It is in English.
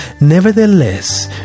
Nevertheless